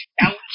ouch